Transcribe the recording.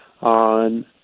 on